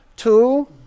Two